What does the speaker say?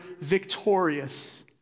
victorious